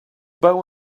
bow